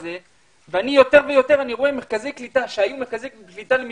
אני יותר ויותר רואה מרכזי קליטה שהיו מרכזי קליטה למשפחות,